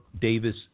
Davis